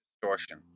distortion